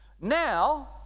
Now